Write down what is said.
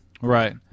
Right